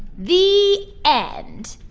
the end